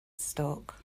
stuck